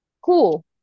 cool